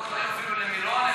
הרכבות לא יובילו למירון,